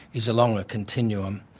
is along a continuum.